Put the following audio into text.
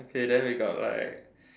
okay then we got like